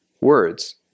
words